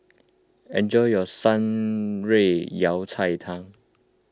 enjoy your Shan Rui Yao Cai Tang